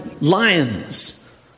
lions